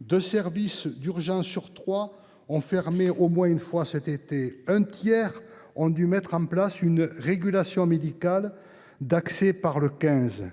deux services d’urgences sur trois ont fermé au moins une fois cet été ; un tiers ont dû mettre en place une régulation médicale d’accès par le 15 ;